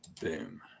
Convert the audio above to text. Boom